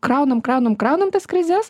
kraunam kraunam kraunam tas krizes